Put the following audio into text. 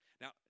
Now